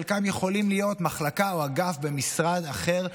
חלקם יכולים להיות מחלקה או אגף במשרד אחר.